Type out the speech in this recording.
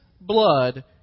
blood